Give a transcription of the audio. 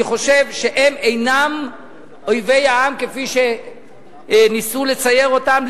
אני חושב שהם אינם אויבי העם כפי שניסו לצייר אותם.